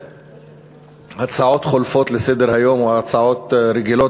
הצעות חולפות לסדר-היום או הצעות רגילות,